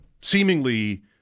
seemingly